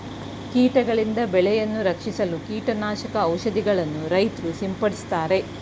ಕೀಟಗಳಿಂದ ಬೆಳೆಯನ್ನು ರಕ್ಷಿಸಲು ಕೀಟನಾಶಕ ಔಷಧಿಗಳನ್ನು ರೈತ್ರು ಸಿಂಪಡಿಸುತ್ತಾರೆ